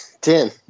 Ten